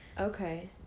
Okay